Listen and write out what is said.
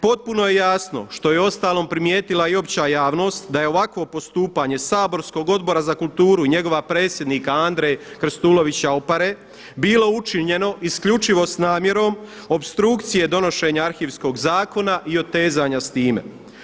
Potpuno je jasno što je uostalom primijetila i opća javnost da je ovakvo postupanje saborskog Odbora za kulturu i njegova predsjednika Andre Krstulovića Opare bilo učinjeno isključivo s namjerom opstrukcije donošenja arhivskog zakona i otezanja s time.